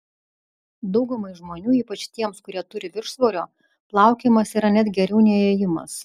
daugumai žmonių ypač tiems kurie turi viršsvorio plaukiojimas yra net geriau nei ėjimas